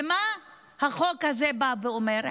ומה החוק הזה בא ואומר?